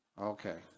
Okay